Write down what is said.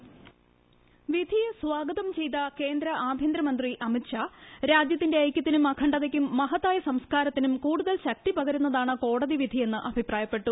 voice വിധിയെ സ്വാഗതം ചെയ്ത ക്രേന്ദ്ര ആഭ്യന്തരമന്ത്രി അമിത്ഷാ രാജ്യത്തിന്റെ ഐക്യത്തിനും അഖണ്ഡതയ്ക്കും മഹത്തായ സംസ്ക്കാരത്തിനും കൂടുതൽ ശക്തി പകരുന്നതാണ് കോടതി വിധിയെന്ന് അഭിപ്രായപ്പെട്ടു